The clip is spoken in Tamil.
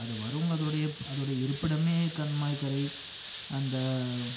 அது வரும் அதோடைய அதோடைய இருப்பிடமே கன்மாய்கரை அந்த